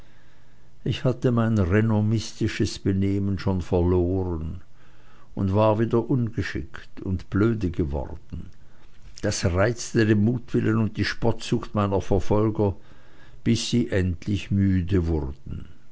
ich hatte mein renommistisches benehmen schon verloren und war wieder ungeschickt und blöde geworden das reizte den mutwillen und die spottsucht meiner verfolger bis sie endlich müde wurden